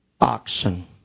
oxen